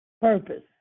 Purpose